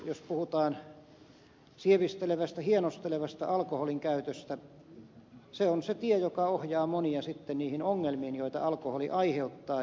jos puhutaan sievistelevästä hienostelevasta alkoholinkäytöstä se on se tie joka ohjaa monia sitten niihin ongelmiin joita alkoholi aiheuttaa